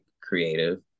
creative